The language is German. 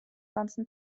ganzen